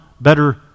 better